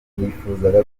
yifuzaga